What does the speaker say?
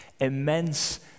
immense